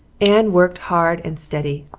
anne worked hard and steadily.